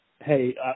hey